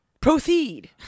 Proceed